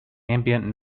ambient